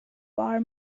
far